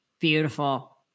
Beautiful